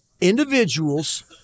individuals